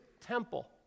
temple